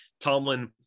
Tomlin